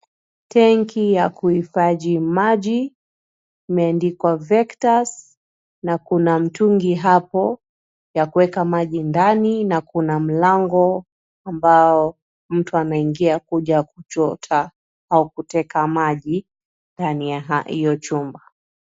Tenki ya kuhifadhi maji, imeandikwa vectus na kuna mtungi hapo ya kueka maji ndani na kuna mlango ambao mtu anaingia kuja kuchota au kuteka maji ndani ya hiyo chumba.